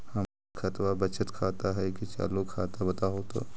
हमर खतबा बचत खाता हइ कि चालु खाता, बताहु तो?